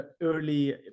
early